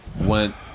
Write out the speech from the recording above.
went